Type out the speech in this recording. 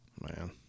Man